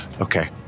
Okay